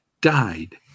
died